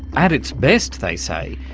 at its best, they say,